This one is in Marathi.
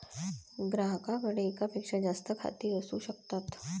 ग्राहकाकडे एकापेक्षा जास्त खाती असू शकतात